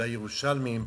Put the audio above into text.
ודאי ירושלמים,